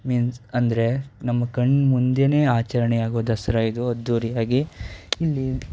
means ಅಂದರೆ ನಮ್ಮ ಕಣ್ಣು ಮುಂದೆಯೇ ಆಚರಣೆಯಾಗೋ ದಸರಾ ಇದು ಅದ್ಧೂರಿಯಾಗಿ ಇಲ್ಲಿ